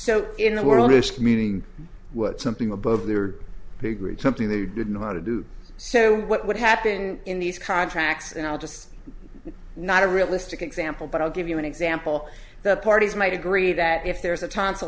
so in the world community what something above the group something they didn't want to do so what would happen in these contracts and i'll just not a realistic example but i'll give you an example the parties might agree that if there's a t